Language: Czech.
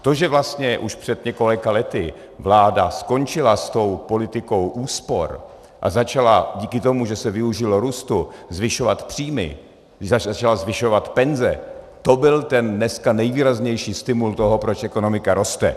To, že vlastně už před několika lety vláda skončila s politikou úspor a začala díky tomu, že se využilo růstu, zvyšovat příjmy, začala zvyšovat penze, to byl ten dneska nejvýraznější stimul toho, proč ekonomika roste.